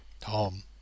Tom